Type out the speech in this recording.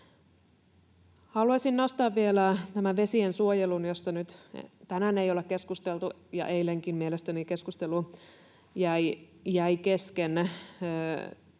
Haluaisin nostaa vielä tämän vesiensuojelun, josta nyt tänään ei olla keskusteltu, ja eilenkin mielestäni keskustelu jäi kesken.